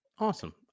Awesome